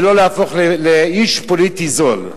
ולא להפוך לאיש פוליטי זול.